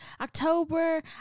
October